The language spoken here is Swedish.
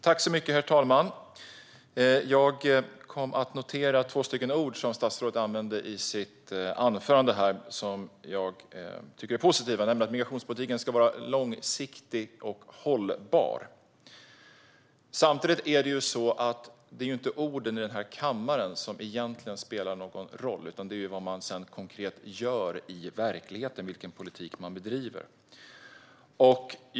Herr talman! Jag kom att notera två ord som statsrådet använde i sitt anförande och som jag tycker är positiva; hon sa att migrationspolitiken ska vara långsiktig och hållbar. Men det är inte orden i den här kammaren som egentligen spelar någon roll, utan vad man sedan gör konkret i verkligheten, vilken politik man bedriver.